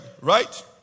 Right